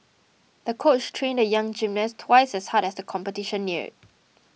the coach trained the young gymnast twice as hard as the competition neared